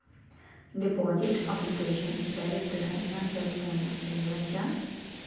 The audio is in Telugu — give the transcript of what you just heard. డిపాజిట్ అప్లికేషన్ డైరెక్ట్ గా నా సెల్ ఫోన్లో చెయ్యచా?